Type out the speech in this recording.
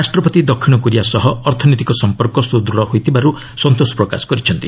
ରାଷ୍ଟ୍ରପତି ଦକ୍ଷିଣ କୋରିଆସହ ଅର୍ଥନୈତିକ ସମ୍ପର୍କ ସୁଦୂଢ଼ ହୋଇଥିବାରୁ ସନ୍ତୋଷ ପ୍ରକାଶ କରିଛନ୍ତି